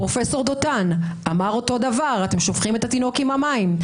פרופ' דותן אמר אותו דבר: אתם שופכים את התינוק עם המים.